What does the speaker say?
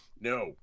No